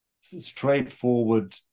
straightforward